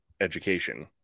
education